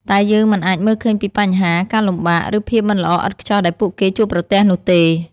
តែយើងមិនអាចមើលឃើញពីបញ្ហា ការលំបាក ឬភាពមិនល្អឥតខ្ចោះដែលពួកគេជួបប្រទះនោះទេ។